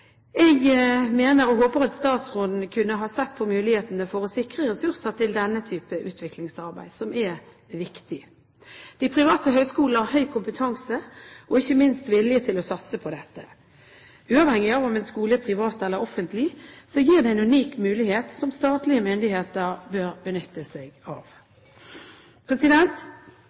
Jeg mener at statsråden bør se på mulighetene for å sikre ressurser til denne type utviklingsarbeid, og håper det, for det er viktig. De private høyskolene har høy kompetanse og ikke minst vilje til å satse på dette. Uavhengig av om en skole er privat eller offentlig, gir det en unik mulighet som statlige myndigheter bør benytte seg av.